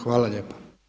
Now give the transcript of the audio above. Hvala lijepa.